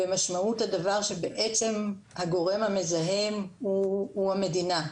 ומשמעות הדבר שבעצם הגורם המזהם הוא המדינה.